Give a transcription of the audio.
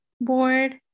board